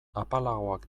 apalagoak